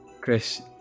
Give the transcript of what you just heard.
Chris